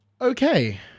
Okay